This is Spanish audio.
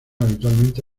habitualmente